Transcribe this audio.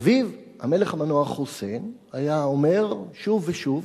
אביו, המלך המנוח חוסיין, היה אומר שוב ושוב: